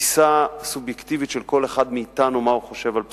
תפיסה סובייקטיבית של כל אחד מאתנו מה הוא חושב על פסק-דין.